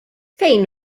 fejn